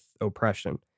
oppression